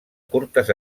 curtes